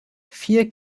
vier